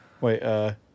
Wait